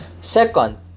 Second